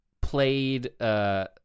played